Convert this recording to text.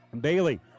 Bailey